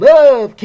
Love